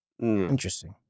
Interesting